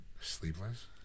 Sleepless